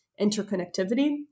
interconnectivity